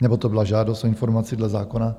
Nebo to byla žádost o informaci dle zákona?